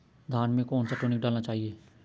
धान में कौन सा टॉनिक डालना चाहिए?